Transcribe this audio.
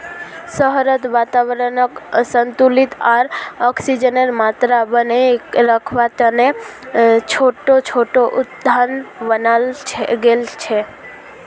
शहरत वातावरनक संतुलित आर ऑक्सीजनेर मात्रा बनेए रखवा तने छोटो छोटो उद्यान बनाल गेल छे